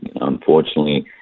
Unfortunately